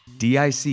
DIC